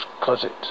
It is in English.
closet